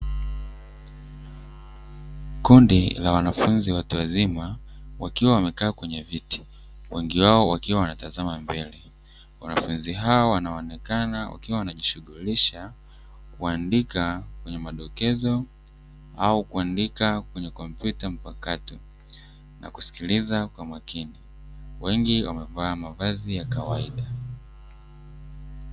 Kundi la wanafunzi watu wazima wakiwa wamekaa kwenye viti; wengi wao wakiwa wanatazama mbele. Wanafunzi hao wanaonekana wakiwa wanajishughulisha kuandika kwenye madokezo au kuandika kwenye kompyuta mapakato na kusikiliza kwa makini, wengi wamevaa mavazi ya kawaida.